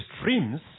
streams